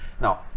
Now